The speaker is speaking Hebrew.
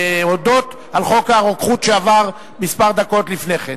להודות על חוק הרוקחות שעבר כמה דקות לפני כן.